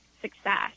success